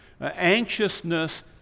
Anxiousness